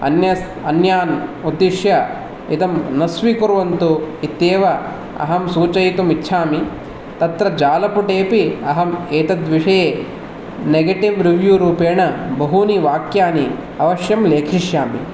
अन्यस् अन्यान् उद्दिश्य इदं न स्वीकुर्वन्तु इत्येव अहं सूचयितुं इच्छामि तत्र जालपुटेऽपि अहं एतद्विषये नेगेटिव् रिव्यू रूपेण बहूनि वाक्यानि अवश्यं लेखिष्यामि